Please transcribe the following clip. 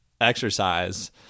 exercise